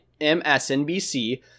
MSNBC